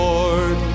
Lord